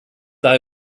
daher